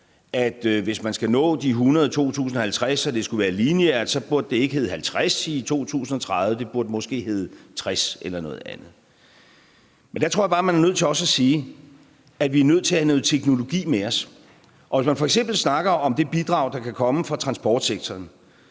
at hvis man skal nå de 100 pct. i 2050 og det skal være en lineær udvikling, så burde det ikke hedde 50 pct. i 2030, men måske 60 pct. eller noget andet. Men der tror jeg bare man er nødt til også at sige, at vi er nødt til at have teknologien med os. Og hvis man f.eks. snakker om det bidrag, der skal komme fra transportsektoren,